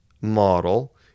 model